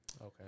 Okay